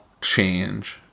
change